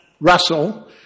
Russell